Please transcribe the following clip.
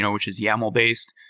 which is yaml-based,